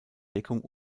deckung